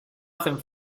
hacen